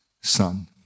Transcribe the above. son